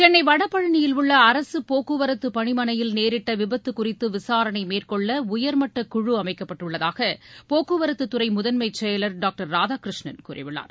சென்னை வடபழனியில் உள்ள அரசு போக்குவரத்து பணிமனையில் நேரிட்ட விபத்து குறித்து விசாரணை மேற்கொள்ள உயர்மட்டக் குழு அமைக்கப்பட்டுள்ளதாக போக்குவரத்துத் துறை முதன்மை செயலர் டாக்டர் ராதாகிருஷ்ணன் கூறியுள்ளார்